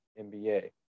nba